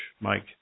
Mike